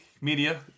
media